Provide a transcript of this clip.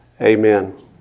Amen